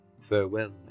Farewell